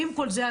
עם כל זה,